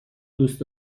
دوست